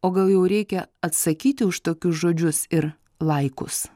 o gal jau reikia atsakyti už tokius žodžius ir laikus